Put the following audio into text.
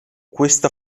questa